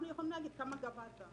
אנחנו יכולים להגיד כמה גבית,